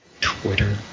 Twitter